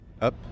up